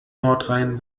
nordrhein